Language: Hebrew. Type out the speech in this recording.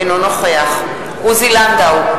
אינו נוכח עוזי לנדאו,